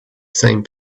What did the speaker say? same